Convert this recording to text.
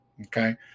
Okay